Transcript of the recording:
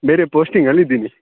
ಬೇರೆ ಪೋಸ್ಟಿಂಗಲ್ಲಿ ಇದ್ದೀನಿ